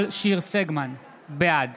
סגמן, בעד